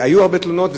היו הרבה תלונות,